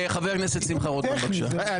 חבר הכנסת שמחה רוטמן, בבקשה.